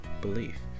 belief